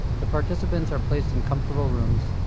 the participants are placed in comfortable rooms,